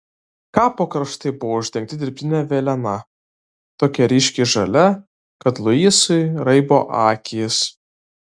kapo kraštai buvo uždengti dirbtine velėna tokia ryškiai žalia kad luisui raibo akys